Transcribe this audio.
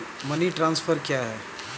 Money transfer क्या है?